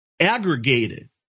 aggregated